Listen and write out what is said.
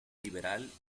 liberal